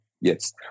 Yes